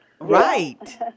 Right